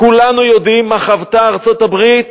כולנו יודעים מה חוותה ארצות-הברית